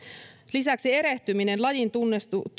lisäksi erehtyminen lajintunnistuksessa